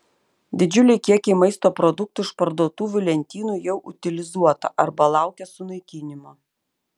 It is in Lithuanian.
didžiuliai kiekiai maisto produktų iš parduotuvių lentynų jau utilizuota arba laukia sunaikinimo